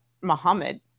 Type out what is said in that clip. Muhammad